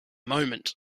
moment